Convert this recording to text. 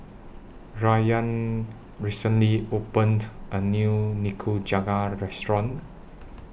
Rayan recently opened A New Nikujaga Restaurant